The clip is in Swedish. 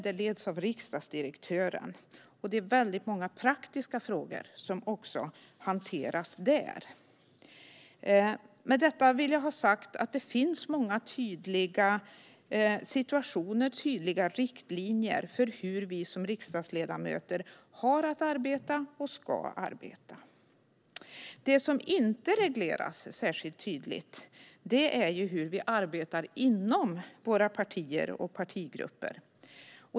Det leds av riksdagsdirektören, och många praktiska frågor hanteras där. Med detta vill jag ha sagt att det finns många tydliga situationer och riktlinjer för hur vi som riksdagsledamöter ska arbeta. Det som inte regleras särskilt tydligt är hur vi arbetar inom våra partier och partigrupper.